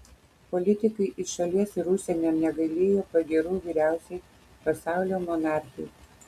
politikai iš šalies ir užsienio negailėjo pagyrų vyriausiai pasaulio monarchei